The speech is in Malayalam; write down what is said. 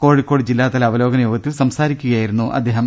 കോഴിക്കോട് ജില്ലാതല അവ ലോകന യോഗത്തിൽ സംസാരിക്കുകയായിരുന്നു അദ്ദേഹം